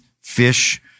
fish